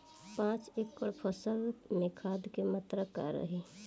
पाँच एकड़ फसल में खाद के मात्रा का रही?